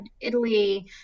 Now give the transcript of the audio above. Italy